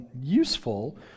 useful